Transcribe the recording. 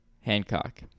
Hancock